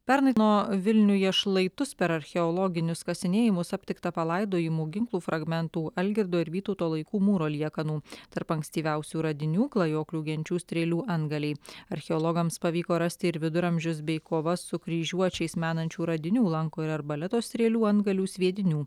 pernai nuo vilniuje šlaitus per archeologinius kasinėjimus aptikta palaidojimų ginklų fragmentų algirdo ir vytauto laikų mūro liekanų tarp ankstyviausių radinių klajoklių genčių strėlių antgaliai archeologams pavyko rasti ir viduramžius bei kovas su kryžiuočiais menančių radinių lanko ir arbaleto strėlių antgalių sviedinių